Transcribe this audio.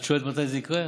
את שואלת מתי זה יקרה?